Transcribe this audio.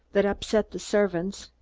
that hupset the servants.